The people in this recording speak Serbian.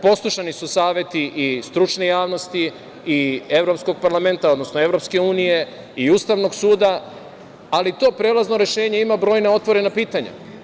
Poslušani su saveti stručne javnosti i Evropskog parlamenta, odnosno EU, Ustavnog suda, ali to prelazno rešenje ima otvorena pitanja.